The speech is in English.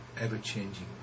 ever-changing